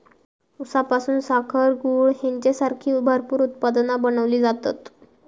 ऊसापासून साखर, गूळ हेंच्यासारखी भरपूर उत्पादना बनवली जातत